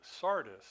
Sardis